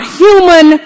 human